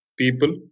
people